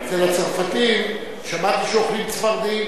אני רואה אצל הצרפתים, שמעתי שאוכלים צפרדעים.